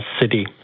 city